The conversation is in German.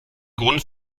grund